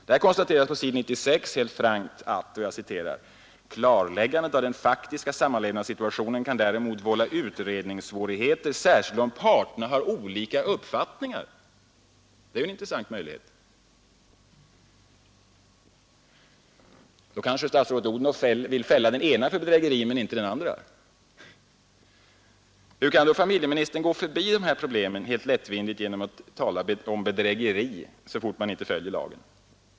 Där konstateras på s. 96 helt frankt att ”klarläggandet av den faktiska samlevnadssituationen kan däremot vålla utredningssvårigheter, särskilt om parterna har olika uppfattningar”. Det är en intressant möjlighet. Då kanske statsrådet Odhnoff vill fälla den ena för bedrägeri men inte den andra. Hur kan då familjeministern gå förbi dessa problem helt lättvindigt och tala om bedrägeri så fort man inte följer lagen?